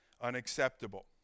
unacceptable